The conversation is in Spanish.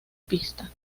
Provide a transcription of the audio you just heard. pista